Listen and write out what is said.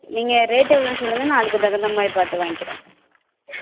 நீங்கள் ரேட் எவ்வளோன்னு சொல்லுங்கள் நான் அதுக்கு தகுந்தமாதிரி பார்த்து வாங்கிக்கிறேன்